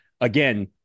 again